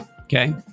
Okay